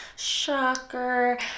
Shocker